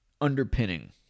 underpinning